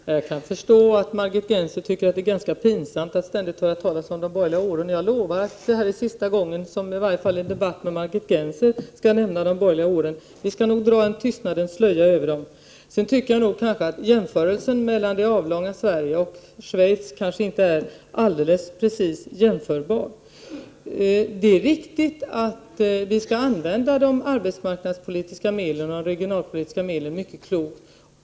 Herr talman! Jag kan förstå att Margit Gennser tycker att det är ganska pinsamt att ständigt höra talas om de borgerliga åren. Jag lovar att det här är sista gången som jag —i varje fall i en debatt med Margit Gennser—- nämner de borgerliga åren. Vi skall nog dra en tystnadens slöja över dem. Sedan tycker jag att det avlånga Sverige och Schweiz kanske inte är alldeles jämförbara länder. Det är riktigt att vi skall använda de arbetsmarknadspolitiska och regionalpolitiska medlen mycket klokt.